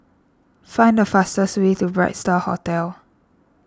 find the fastest way to Bright Star Hotel